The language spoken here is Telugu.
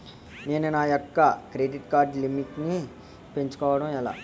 నేను నా యెక్క క్రెడిట్ కార్డ్ లిమిట్ నీ పెంచుకోవడం ఎలా?